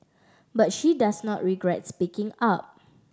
but she does not regrets speaking up